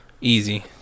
Easy